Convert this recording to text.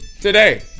today